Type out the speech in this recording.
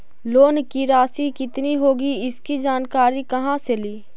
Loan की रासि कितनी होगी इसकी जानकारी कहा से ली?